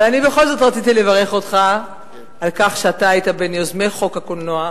אבל אני בכל זאת רציתי לברך אותך על כך שהיית בין יוזמי חוק הקולנוע,